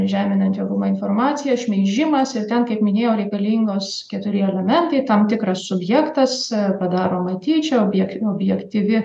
žeminanti informacija šmeižimas ir ten kaip minėjau reikalingos keturi elementai tam tikras subjektas padaroma tyčia objek objektyvi